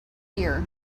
ear